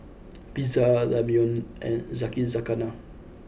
Pizza Ramyeon and Yakizakana